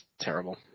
Terrible